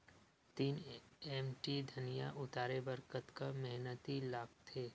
तीन एम.टी धनिया उतारे बर कतका मेहनती लागथे?